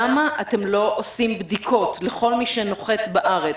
למה אתם לא עושים בדיקות לכל מי שנוחת בארץ,